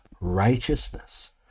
righteousness